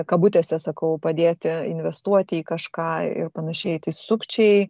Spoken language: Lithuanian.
kabutėse sakau padėti investuoti į kažką ir panašiai tai sukčiai